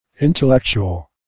Intellectual